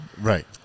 Right